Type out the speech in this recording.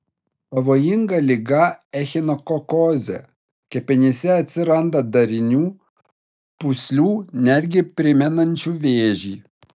pavojinga liga echinokokozė kepenyse atsiranda darinių pūslių netgi primenančių vėžį